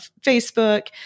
Facebook